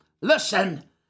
listen